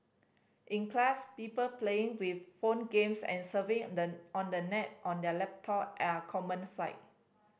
in class people playing with phone games and serving the on the net on their laptop are a common sight